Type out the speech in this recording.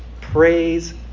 praise